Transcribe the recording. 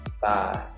Five